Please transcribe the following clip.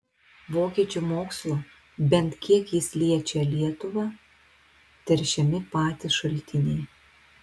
vokiečių mokslo bent kiek jis liečią lietuvą teršiami patys šaltiniai